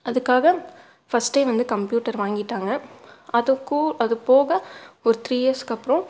அதுக்காக ஃபர்ஸ்ட்டே வந்து கம்ப்யூட்டர் வாங்கிவிட்டாங்க அதுக்கும் அது போக ஒரு த்ரீ இயருஸ்க்கு அப்புறம்